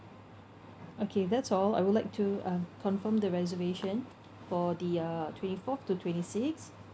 okay that's all I would like to uh confirm the reservation for the uh twenty fourth to twenty sixth